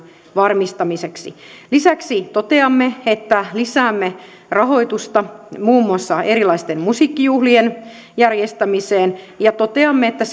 varmistamiseksi lisäksi toteamme että lisäämme rahoitusta muun muassa erilaisten musiikkijuhlien järjestämiseen ja toteamme että